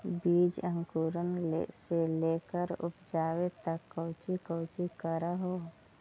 बीज अंकुरण से लेकर उपजाबे तक कौची कौची कर हो?